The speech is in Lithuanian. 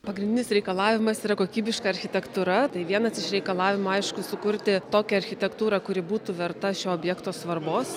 pagrindinis reikalavimas yra kokybiška architektūra tai vienas iš reikalavimų aišku sukurti tokią architektūrą kuri būtų verta šio objekto svarbos